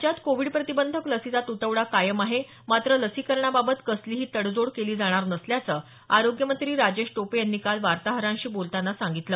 राज्यात कोविड प्रतिबंधक लसीचा तुटवडा कायम आहे मात्र लसीकरणाबाबत कसलीही तडजोड केली जाणार नसल्याचं आरोग्यमंत्री राजेश टोपे यांनी काल वार्ताहरांशी बोलतांना सांगितलं